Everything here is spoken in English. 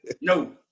No